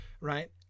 right